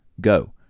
Go